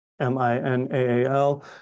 M-I-N-A-A-L